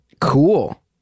cool